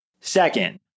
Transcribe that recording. Second